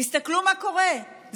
תסתכלו מה קורה,